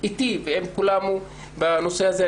איתי ועם כולם אחר הנושא הזה.